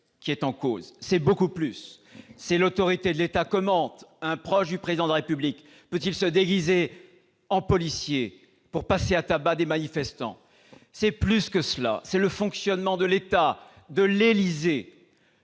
bagagiste, c'est beaucoup plus : c'est l'autorité de l'État ! Comment un proche du Président de la République peut-il se déguiser en policier pour passer à tabac des manifestants ? Au-delà, c'est le fonctionnement de l'État, de l'Élysée